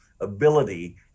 ability